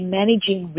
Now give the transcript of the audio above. managing